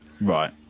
right